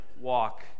walk